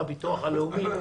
בביטוח הלאומי,